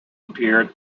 appeared